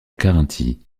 carinthie